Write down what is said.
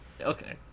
okay